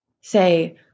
Say